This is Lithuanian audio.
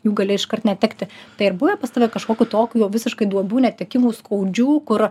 jų gali iškart netekti tai ar buvę pas tave kažkokių tokių jau visiškai duobių netekimų skaudžių kur